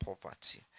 poverty